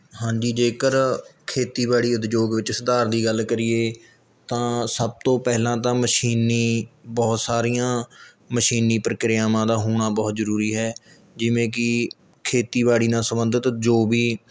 ਹਾਂਜੀ ਜੇਕਰ ਖੇਤੀਬਾੜੀ ਉਦਯੋਗ ਵਿੱਚ ਸੁਧਾਰ ਦੀ ਗੱਲ ਕਰੀਏ ਤਾਂ ਸਭ ਤੋਂ ਪਹਿਲਾਂ ਤਾਂ ਮਸ਼ੀਨੀ ਬਹੁਤ ਸਾਰੀਆਂ ਮਸ਼ੀਨੀ ਪ੍ਰਕਿਰਿਆਵਾਂ ਦਾ ਹੋਣਾ ਬਹੁਤ ਜ਼ਰੂਰੀ ਹੈ ਜਿਵੇਂ ਕੀ ਖੇਤੀਬਾੜੀ ਨਾਲ ਸੰਬੰਧਿਤ ਜੋ ਵੀ